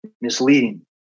misleading